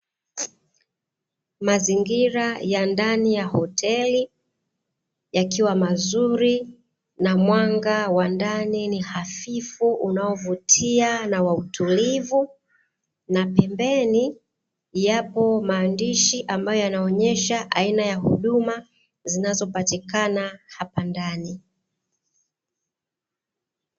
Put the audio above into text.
Mazingira ya ndani ya hoteli yakiwa mazuri na mwanga wa ndani ni hafifu unaovutia na wa utulivu na pembeni yapo maandishi ambayo yanaonyesha aina ya huduma zinazopatikana hapa ndani.